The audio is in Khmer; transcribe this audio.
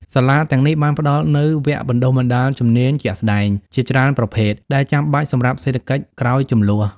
សាលាទាំងនេះបានផ្តល់នូវវគ្គបណ្តុះបណ្តាលជំនាញជាក់ស្តែងជាច្រើនប្រភេទដែលចាំបាច់សម្រាប់សេដ្ឋកិច្ចក្រោយជម្លោះ។